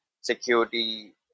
security